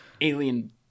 alien